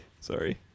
sorry